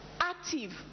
active